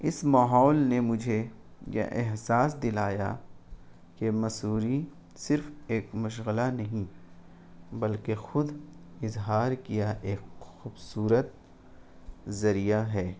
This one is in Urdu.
اس ماحول نے مجھے یہ احساس دلایا کہ مصوری صرف ایک مشغلہ نہیں بلکہ خود اظہار کیا ایک خوبصورت ذریعہ ہے